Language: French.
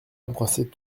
embrasser